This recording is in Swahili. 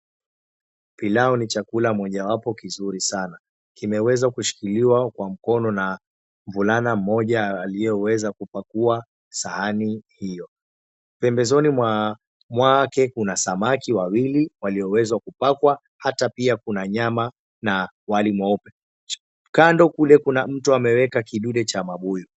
Pilau ni chakula mojawapo kizuri sana. Kimeweza kushikiliwa kwa mkono na mvulana mmoja aliyeweza kupakua sahani hio. Pembezoni mwake kuna samaki wawili walioweza kupakwa hata pia kuna nyama na wali mweupe. Kando kule kuna mtu ameweka kidude cha mabuyu.